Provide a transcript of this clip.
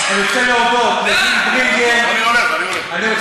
אני רוצה להודות לגיל ברינגר, אני הולך, אני הולך.